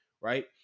right